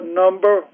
number